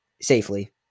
safely